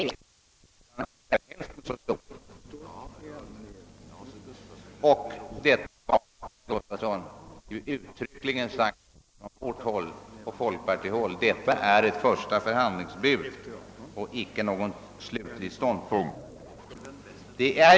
Det var också uttryckligen utsagt från vårt håll och från folkpartihåll att detta var ett första förhandlingsbud och icke någon slutlig ståndpunkt.